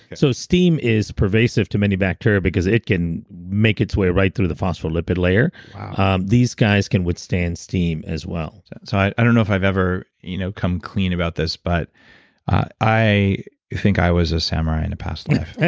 so steam is pervasive to many bacteria because it can make its way right through the phosphor liquid layer um these guys can withstand steam as well so i i don't know i've ever, you know, come clean about this but i think i was a samurai in the past life.